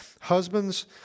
Husbands